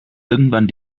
irgendwann